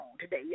Today